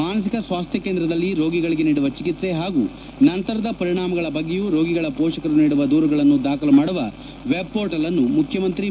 ಮಾನಸಿಕ ಸ್ವಾಸ್ವ ಕೇಂದ್ರದಲ್ಲಿ ರೋಗಿಗಳಿಗೆ ನೀಡುವ ಚಿಕಿತ್ಸೆ ಹಾಗೂ ನಂತರದ ಪರಿಣಾಮಗಳ ಬಗ್ಗೆಯೂ ರೋಗಿಗಳ ಪೋಷಕರು ನೀಡುವ ದೂರುಗಳನ್ನು ದಾಖಲು ಮಾಡುವ ವೆಬ್ಪೋರ್ಟ್ಲ್ನ್ನು ಮುಖ್ಯಮಂತ್ರಿ ಬಿ